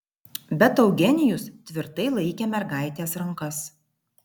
bet eugenijus tvirtai laikė mergaitės rankas